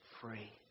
free